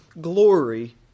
glory